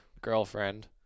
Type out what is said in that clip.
girlfriend